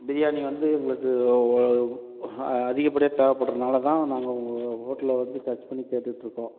பிரியாணி வந்து உங்களுக்கு அதிகபடியாக தேவைப்படுகிறனாலதான் நாங்கள் உங்கள் ஹோட்டல்ல வந்து சர்ச் பண்ணி கேட்டுட்டு இருக்கோம்